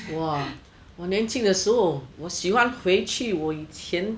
!wah! 我年轻的时候我喜欢回去我以前